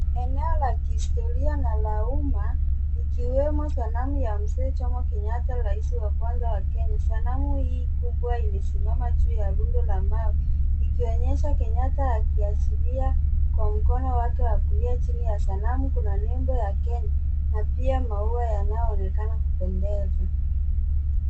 Eneo la kihistoria na umma ikiwemo sanamu ya Mzee Jomo Kenyatta, raisi wa kwanza wa Kenya. Sanamu hii kubwa imesimama juu ya rundo la mawe likionyesha Kenyatta akiashiria kwa mkono wake wa kulia chini ya sanamu kuna nembo ya kenya, napia maua yanayoonekana kupendeza. Inaonyesha Kenyatta akiashiria kwa mkono wa kulia. Inaonyesha Kenyatta akiashiria kwa mkono wa kulia.